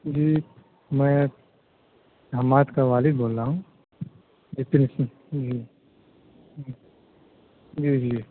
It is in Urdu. جی میں حماد کا والد بول رہا ہوں جی پرنسپل جی جی جی جی